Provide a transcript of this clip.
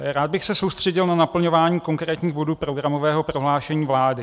Rád bych se soustředil na naplňování konkrétních bodů programového prohlášení vlády.